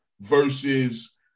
versus